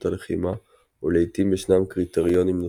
הלחימה ולעיתים ישנם קריטריונים נוספים.